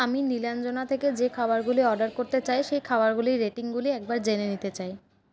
আমি নীলাঞ্জনা থেকে যে খাবারগুলি অর্ডার করতে চাই সেই খাবারগুলির রেটিংগুলি একবার জেনে নিতে চাই